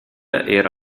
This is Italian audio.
era